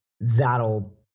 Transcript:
that'll